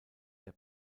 der